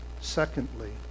Secondly